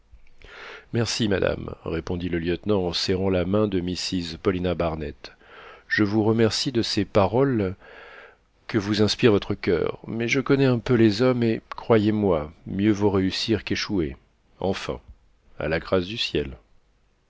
merci madame répondit le lieutenant en serrant la main de mrs paulina barnett je vous remercie de ces paroles que vous inspire votre coeur mais je connais un peu les hommes et croyez-moi mieux vaut réussir qu'échouer enfin à la grâce du ciel